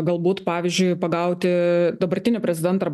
galbūt pavyzdžiui pagauti dabartinį prezidentą